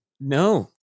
No